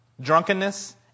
drunkenness